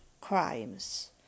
crimes